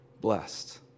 blessed